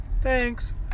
thanks